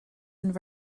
and